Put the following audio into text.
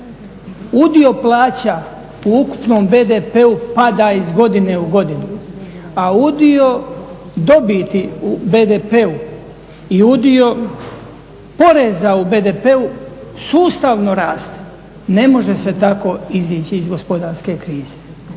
udio plaća u ukupnom BDP-u pada iz godine u godinu, a udio dobiti u BDP-u i udio poreza u BDP-u sustavno raste. Ne može se tako izići iz gospodarske krize.